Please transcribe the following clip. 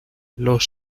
los